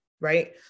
right